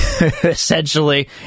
essentially